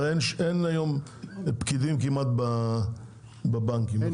היום כמעט ואין פקידים בבנקים.